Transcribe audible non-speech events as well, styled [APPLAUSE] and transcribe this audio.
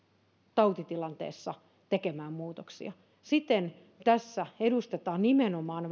tautitilanteessa tekemään muutoksia siten tässä välttämättömyyden arvioinnissa edustetaan nimenomaan [UNINTELLIGIBLE]